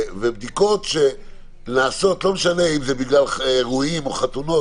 ובדיקות שנעשות - לא משנה אם זה בגלל אירועים או חתונות